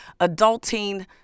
Adulting